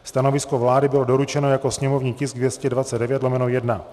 Stanovisko vlády bylo doručeno jako sněmovní tisk 229/1.